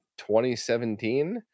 2017